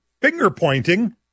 finger-pointing